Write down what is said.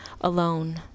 alone